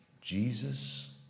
Jesus